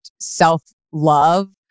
self-love